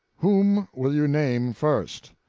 whom will you name first?